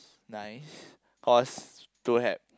nice cause to had